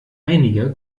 einige